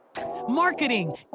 marketing